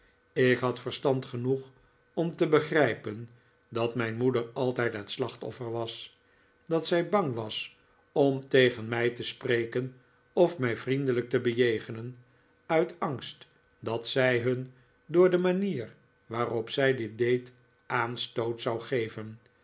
ik had verstand genoeg om te begrijpen dat mijn moeder altijd het slachtoffer was dat zij bang was om tegen mij te spreken of mij vriendelijk te bejegenen uit angst dat zij hun door de manier waarop zij dit deed aanstoot zou geven